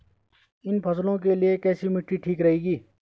इन फसलों के लिए कैसी मिट्टी ठीक रहेगी?